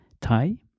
Thai